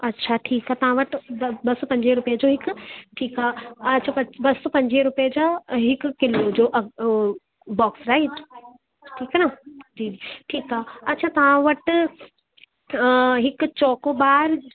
अच्छा ठीकु आहे तव्हां वटि ॿ ॿ सौ पंजे रुपए जो हिकु ठीकु आहे अछो बसि ॿ सौ पंजवीह रुपए जो हिकु किलो जो अघि बॉक्स आहे ठीकु आहे न जी ठीकु आहे अच्छा तव्हां वटि हिकु चोकोबार